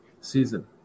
season